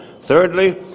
Thirdly